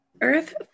earth